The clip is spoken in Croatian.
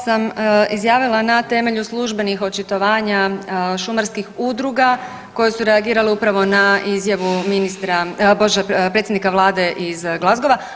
Da, ovo sam izjavila na temelju službenih očitovanja šumarskih udruga koje su reagirale upravo na izjavu ministra, bože predsjednika Vlade iz Glasgowa.